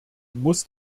muss